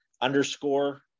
underscore